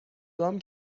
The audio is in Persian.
گام